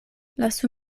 lasu